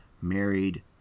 Married